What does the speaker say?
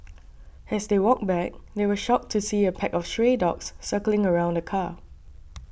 as they walked back they were shocked to see a pack of stray dogs circling around the car